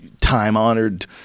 time-honored